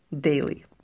daily